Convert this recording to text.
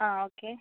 ആ ഓക്കെ